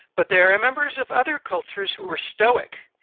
but there are ah members of other cultures who are stoic,